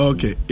Okay